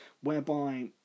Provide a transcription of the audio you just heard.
whereby